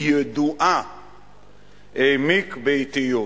הבלתי-ידועה העמיק באטיות.